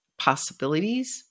possibilities